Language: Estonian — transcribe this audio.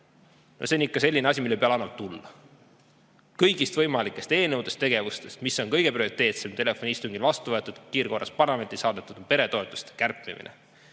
see on ikka selline asi, mille peale annab tulla. Kõigist võimalikest eelnõudest, tegevustest, mis on kõige prioriteetsem? Telefoniistungil vastu võetud, kiirkorras parlamenti saadetud peretoetuste kärpimine.